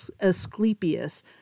Asclepius